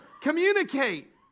communicate